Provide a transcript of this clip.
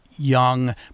young